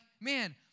man